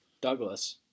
Douglas